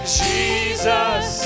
jesus